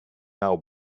now